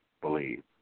believe